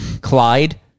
Clyde